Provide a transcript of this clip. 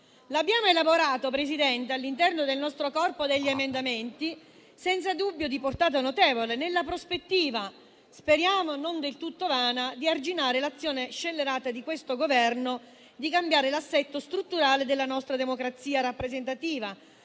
signor Presidente, all'interno del nostro corpo degli emendamenti, senza dubbio di portata notevole, nella prospettiva - speriamo non del tutto vana - di arginare l'azione scellerata di questo Governo: essa è volta a cambiare l'assetto strutturale della nostra democrazia rappresentativa